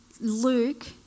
Luke